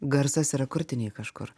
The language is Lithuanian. garsas yra krūtinėj kažkur